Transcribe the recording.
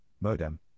modem